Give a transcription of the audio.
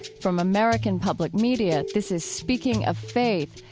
from american public media, this is speaking of faith,